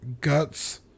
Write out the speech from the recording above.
guts